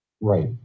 Right